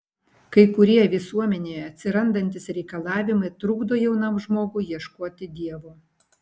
kai kurie visuomenėje atsirandantys reikalavimai trukdo jaunam žmogui ieškoti dievo